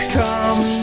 come